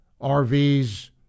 RVs